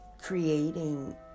creating